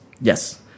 Yes